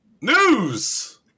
news